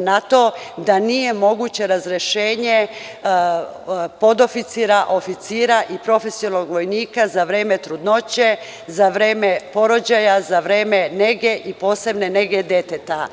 na to da nije moguće razrešenje podoficira, oficira i profesionalnog vojnika za vreme trudnoće, za vreme porođaja, za vreme nege i posebne nege deteta.